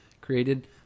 created